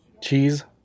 Cheese